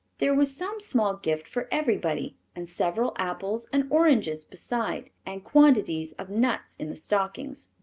there was some small gift for everybody and several apples and oranges besides, and quantities of nuts in the stockings.